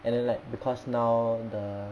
and then like because now the